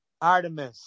Artemis